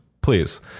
please